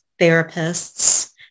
therapists